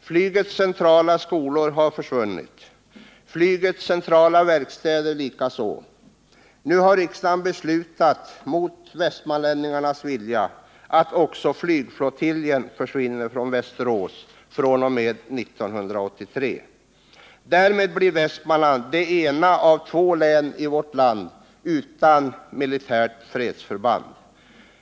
Flygets centrala skolor har försvunnit. Flygets centrala verkstäder likaså. Nu har riksdagen beslutat — mot västmanlänningarnas vilja — att också flygflottiljen försvinner från Västerås fr.o.m. 1983. Därmed blir Västmanland det ena av två län i vårt land utan militärt fredsförband.